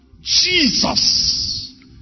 Jesus